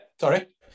Sorry